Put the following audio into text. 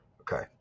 Okay